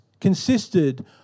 consisted